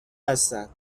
هستند